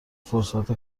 فرصت